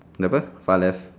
kenapa far left